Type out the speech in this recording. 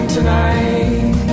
Tonight